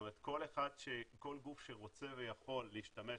כל גוף שרוצה ויכול להשתמש,